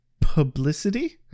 Publicity